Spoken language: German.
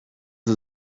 sie